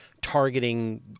targeting